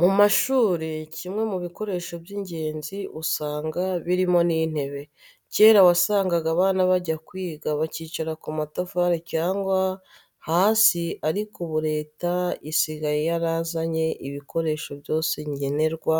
Mu mashuri kimwe mu bikoresho by'ingenzi usanga birimo n'intebe. Kera wasangaga abana bajya kwiga bakicara ku matafari cyangwa hasi ariko ubu Leta isigaye yarazanye ibikoresho byose nkenerwa